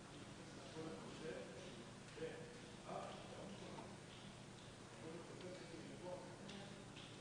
" זה במקרים שהיה סירוב לתת את השירותים,